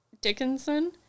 Dickinson